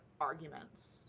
arguments